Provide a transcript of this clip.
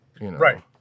Right